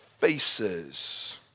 faces